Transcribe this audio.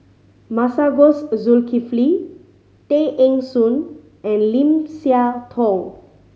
Masagos Zulkifli Tay Eng Soon and Lim Siah Tong